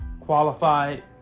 qualified